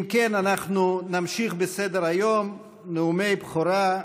אם כן, אנחנו נמשיך בסדר-היום: נאומי בכורה.